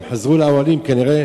אם הם חזרו לאוהלים, כנראה